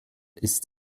ist